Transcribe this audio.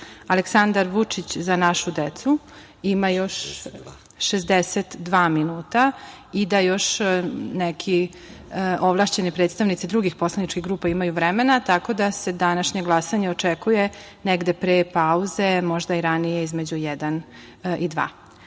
Aleksandar Vučić – Za našu decu ima još 62 minuta i da još neki ovlašćeni predstavnici drugih poslaničkih grupa imaju vremena, tako da se današnje glasanje očekuje negde pre pauze, možda i ranije između jedan